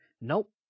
Nope